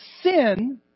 sin